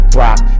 rock